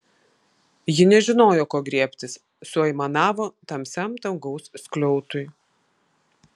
ji nežinojo ko griebtis suaimanavo tamsiam dangaus skliautui